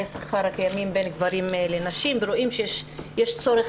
השכר הקיימים בין גברים לנשים ורואים שיש צורך